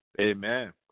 Amen